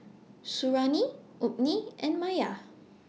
Suriani Ummi and Maya